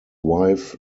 wife